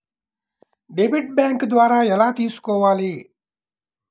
Debit bank ద్వారా ఎలా తీసుకోవాలి?